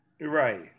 Right